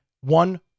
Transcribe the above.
one